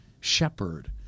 shepherd